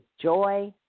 joy